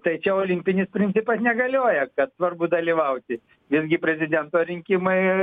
tai čia olimpinis principas negalioja kad svarbu dalyvauti irgi prezidento rinkimai